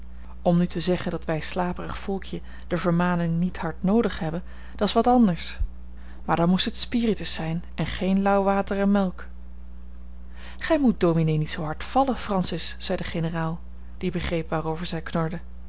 om nu te zeggen dat wij slaperig volkje de vermaning niet hard noodig hebben dat's wat anders maar dan moest het spiritus zijn en geen lauw water en melk gij moet dominé niet zoo hard vallen francis zei de generaal die begreep waarover zij knorde